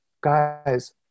guys